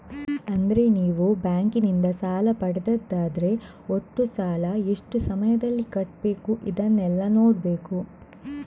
ಅಂದ್ರೆ ನೀವು ಬ್ಯಾಂಕಿನಿಂದ ಸಾಲ ಪಡೆದದ್ದಾದ್ರೆ ಒಟ್ಟು ಸಾಲ, ಎಷ್ಟು ಸಮಯದಲ್ಲಿ ಕಟ್ಬೇಕು ಇದನ್ನೆಲ್ಲಾ ನೋಡ್ಬೇಕು